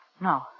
No